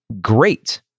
great